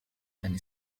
than